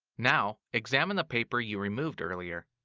now, examine the paper you removed earlier.